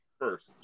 First